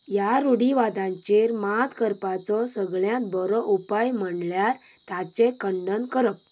ह्या रूढिवादाचेर मात करपाचो सगळ्यांत बरो उपाय म्हणल्यार ताचें खंडण करप